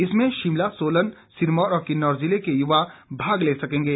इसमें शिमला सोलन सिरमौर और किन्नौर ज़िले के युवा भाग ले सकेंगे